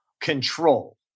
control